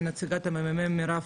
נציגת הממ"מ מרב פה,